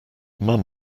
mum